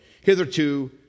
hitherto